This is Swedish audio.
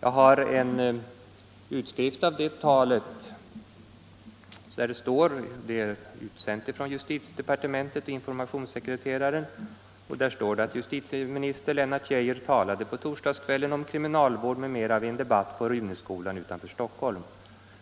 Jag har en utskrift av talet, som är utsänd från justitiedepartementet, informationssekreteraren. Där står det: ”Justitieminister Lennart Geijer talade på torsdagskvällen om kriminalvård m.m. vid en debatt på Runöskolan utanför Stockholm.